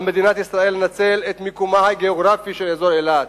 על מדינת ישראל לנצל את מיקומו הגיאוגרפי של אזור אילת